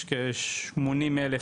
יש כ-80,000,